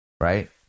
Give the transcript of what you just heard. Right